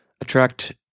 attract